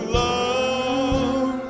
love